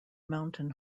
mountain